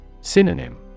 Synonym